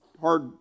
hard